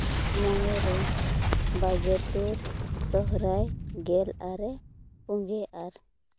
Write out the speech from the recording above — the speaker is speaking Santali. ᱢᱚᱬᱮ ᱨᱮ ᱵᱟᱜᱮ ᱛᱩᱨ ᱥᱚᱦᱚᱨᱟᱭ ᱜᱮᱞ ᱟᱨᱮ ᱯᱩᱜᱮ ᱟᱨ